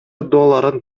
долларын